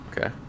okay